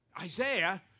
Isaiah